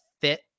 fit